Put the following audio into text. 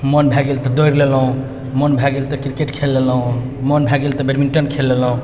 मोन भए गेल तऽ दौड़ लेलौ मोन भए गेल तऽ क्रिकेट खेल लेलौ मोन भए गेल तऽ बैटमिंटन खेल लेलौं